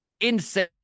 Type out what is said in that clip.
insane